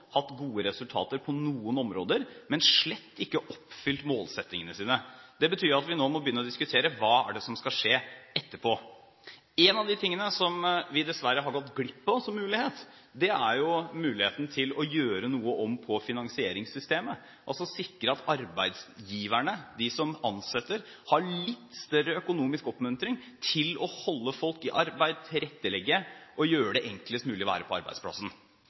hatt gode resultater på noen områder, men slett ikke oppfylt målsettingene. Det betyr at vi nå må begynne å diskutere hva det er som skal skje etterpå. En mulighet vi dessverre har gått glipp av, er muligheten til å gjøre noe om på finansieringssystemet, altså å sikre at arbeidsgiverne, de som ansetter, får litt større økonomisk oppmuntring til å holde folk i arbeid, tilrettelegge og gjøre det enklest mulig å være på arbeidsplassen.